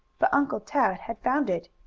but uncle tad had found it.